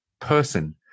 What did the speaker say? person